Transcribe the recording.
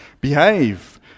behave